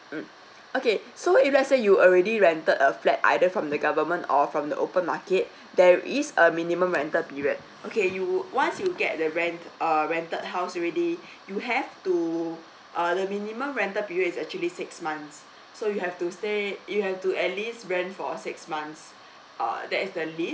mm okay so if let's say you already rented a flat either from the government or from the open market there is a minimum rental period okay you once you get the rent err rented house already you have to uh the minimum rental period is actually six months so you have to say you have to at least rent for six months err that is the least